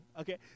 Okay